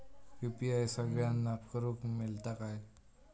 UPI सगळ्यांना करुक मेलता काय?